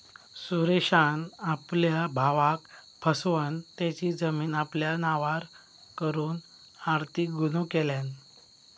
सुरेशान आपल्या भावाक फसवन तेची जमीन आपल्या नावार करून आर्थिक गुन्हो केल्यान